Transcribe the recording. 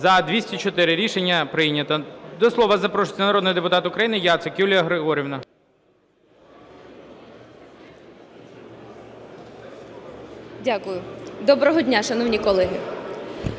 За-204 Рішення прийнято. До слова запрошується народний депутат України Яцик Юлія Григорівна. 10:18:36 ЯЦИК Ю.Г. Дякую. Доброго дня, шановні колеги!